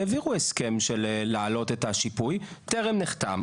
העבירו הסכם של להעלות את השיפוי, טרם נחתם.